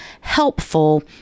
helpful